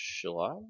July